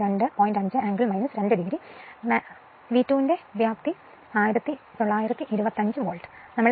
5 angle 2 ഒ വി 2 ന്റെ വ്യാപ്തി 1925 വോൾട്ട് ആയിരിക്കും